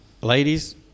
ladies